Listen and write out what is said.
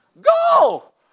Go